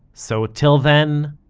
so till then,